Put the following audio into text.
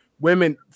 women